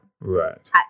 right